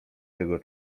tego